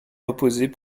reposait